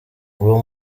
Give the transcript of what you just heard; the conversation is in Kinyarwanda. uwo